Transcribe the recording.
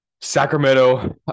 Sacramento